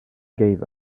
gave